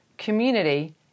community